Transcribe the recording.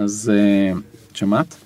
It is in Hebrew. אז אה... שומעת?